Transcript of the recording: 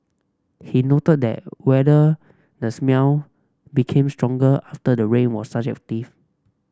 he noted that whether the smell became stronger after the rain was subjective